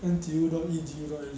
N_T_U dot E_D_U right